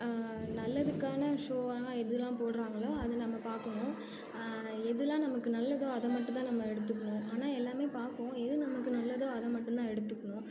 நல்லதுக்கான ஷோவாலாம் எதெலாம் போடுறாங்களோ அதை நம்ம பார்க்குவோம் எதெலாம் நமக்கு நல்லதோ அதை மட்டும் தான் நம்ம எடுத்துக்கணும் ஆனால் எல்லாமே பார்க்குவோம் எது நமக்கு நல்லதோ அதை மட்டுந்தான் எடுத்துக்குவோம்